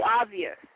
obvious